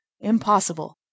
Impossible